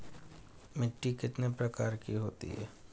मिट्टी कितने प्रकार की होती हैं?